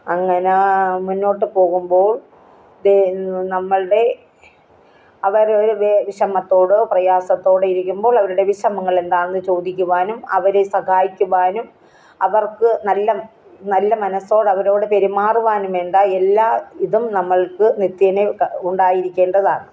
അങ്ങനെ ആ മുന്നോട്ടു പോകുമ്പോൾ നമ്മളുടെ അവർ ഒരു വിഷമത്തോടെയോ പ്രയാസത്തോടെയോ ഇരിക്കുമ്പോൾ അവരുടെ വിഷമങ്ങൾ എന്താണെന്ന് ചോദിക്കുവാനും അവരെ സഹായിക്കുവാനും അവർക്ക് നല്ല നല്ല മനസ്സോടെ അവരോട് പെരുമാറുവാനും വേണ്ട എല്ലാ വിധം നമ്മൾക്ക് നിത്യേനെ ഉണ്ടായിരിക്കേണ്ടതാണ്